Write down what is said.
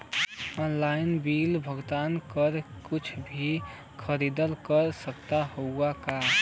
Online bill भुगतान करके कुछ भी खरीदारी कर सकत हई का?